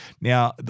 Now